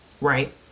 right